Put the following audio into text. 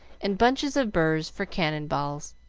and bunches of burrs for cannon-balls.